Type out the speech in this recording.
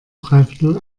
dreiviertel